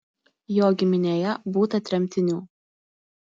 jo giminėje būta tremtinių